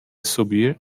subir